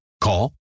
Call